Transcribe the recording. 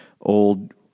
old